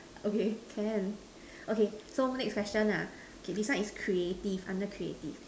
okay can okay so next question lah okay this one is creative under creative